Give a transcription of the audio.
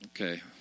Okay